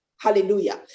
Hallelujah